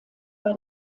bei